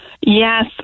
Yes